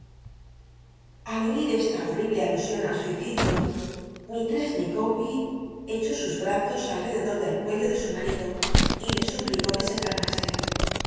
al oir esta bortible alusion al suicidio mislless micawber echó sus brazos al rededor del cuello de su marido y le suplicó que se calmnse